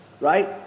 right